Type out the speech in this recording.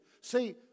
See